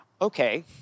okay